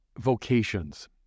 vocations